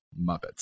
Muppets